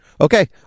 Okay